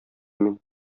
мин